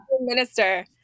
minister